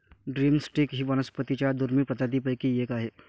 drum stick ही वनस्पतीं च्या दुर्मिळ प्रजातींपैकी एक आहे